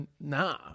nah